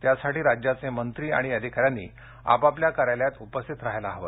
त्यासाठी राज्याचे मंत्री आणि अधिकाऱ्यांनी आपापल्या कार्यालयात उपस्थित राहायला हवे